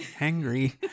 angry